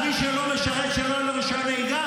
על שמי שלא משרת, לא יהיה לו רישיון נהיגה?